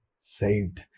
saved